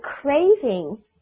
craving